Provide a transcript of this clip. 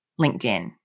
LinkedIn